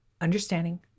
understanding